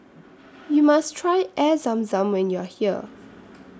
YOU must Try Air Zam Zam when YOU Are here